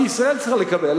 שישראל צריכה לקבל,